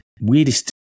weirdest